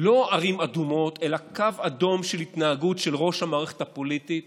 לא ערים אדומות אלא קו אדום של התנהגות ראש המערכת הפוליטית